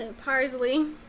parsley